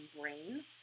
brain